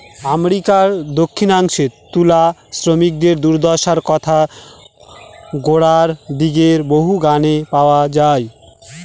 আমেরিকার দক্ষিনাংশে তুলা শ্রমিকদের দূর্দশার কথা গোড়ার দিকের বহু গানে পাওয়া যায়